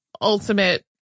ultimate